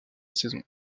saison